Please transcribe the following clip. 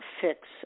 fix